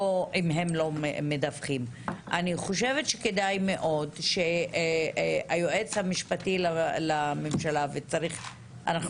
לא אם הם לא מדווחים אז כדאי מאוד שהיועצת המשפטית לממשלה תשקול